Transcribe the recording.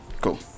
cool